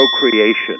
procreation